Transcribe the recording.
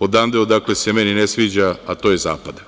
odande odakle se meni ne sviđa, a to je zapad.